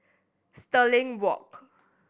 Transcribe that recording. Stirling Walk